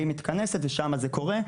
והיא מתכנסת, ושם זה קורה.